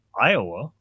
Iowa